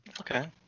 Okay